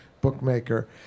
bookmaker